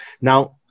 Now